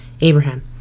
abraham